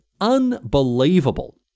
Unbelievable